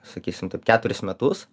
sakysim taip keturis metus